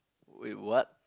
wait what